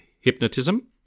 hypnotism